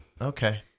Okay